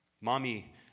Mommy